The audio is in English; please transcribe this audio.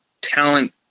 talent